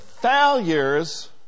failures